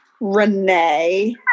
Renee